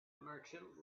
merchant